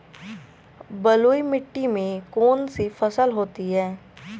बलुई मिट्टी में कौन कौन सी फसल होती हैं?